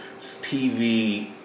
TV